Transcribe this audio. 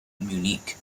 munich